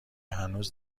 هنوز